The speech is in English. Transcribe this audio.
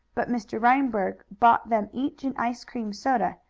but mr. reinberg bought them each an ice cream soda,